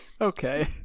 Okay